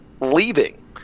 leaving